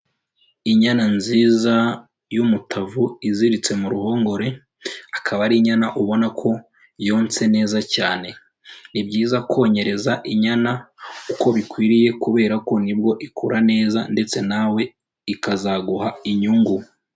Inyana nziza y'umutavu iziritse mu ruhongore, akaba ari inyana ubona ko yonse neza cyane, ni byiza konyereza inyana uko bikwiriye kubera ko nibwo ikura neza ndetse nawe ikazaguha inyungu.